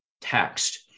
text